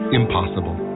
impossible